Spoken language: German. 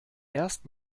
erst